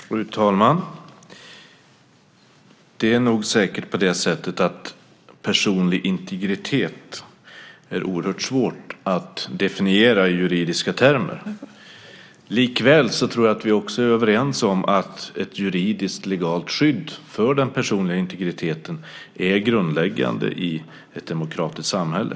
Fru talman! Det är säkert på det sättet att det är oerhört svårt att definiera personlig integritet i juridiska termer. Likväl tror jag att vi är överens om att ett juridiskt legalt skydd för den personliga integriteten är grundläggande i ett demokratiskt samhälle.